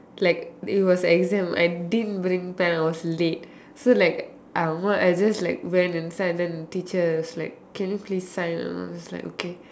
like it was exam I didn't bring pen I was late so like I don't know I just like went inside and then the teacher was like can you please sign and I was just like okay